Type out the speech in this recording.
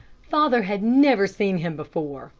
father had never seen him before,